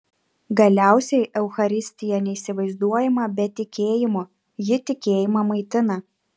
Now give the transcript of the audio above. galiausiai eucharistija neįsivaizduojama be tikėjimo ji tikėjimą maitina